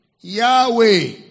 Yahweh